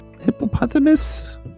hippopotamus